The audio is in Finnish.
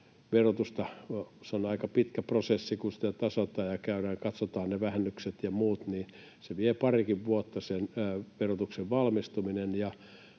on aika pitkä prosessi, kun sitä tasataan ja katsotaan ne vähennykset ja muut. Sen verotuksen valmistuminen